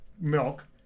milk